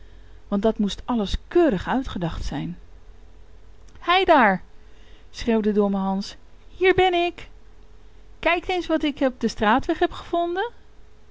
want dat moest alles keurig uitgedacht zijn heidaar schreeuwde domme hans hier ben ik kijkt eens wat ik op den straatweg gevonden